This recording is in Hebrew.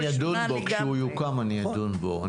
אני אדון בו, כשהוא יוקם, אני אדון בו.